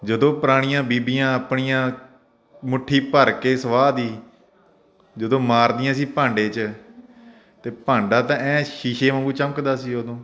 ਜਦੋਂ ਪੁਰਾਣੀਆਂ ਬੀਬੀਆਂ ਆਪਣੀਆਂ ਮੁੱਠੀ ਭਰ ਕੇ ਸਵਾਹ ਦੀ ਜਦੋਂ ਮਾਰਦੀਆਂ ਸੀ ਭਾਂਡੇ 'ਚ ਅਤੇ ਭਾਂਡਾ ਤਾਂ ਐ ਸ਼ੀਸ਼ੇ ਵਾਂਗੂ ਚਮਕਦਾ ਸੀ ਉਦੋਂ